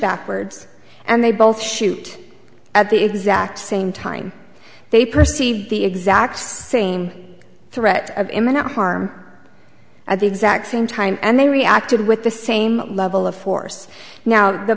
backwards and they both shoot at the exact same time they perceive the exact same threat of imminent harm at the exact same time and they reacted with the same level of force now the